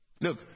Look